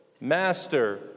Master